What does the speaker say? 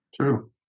True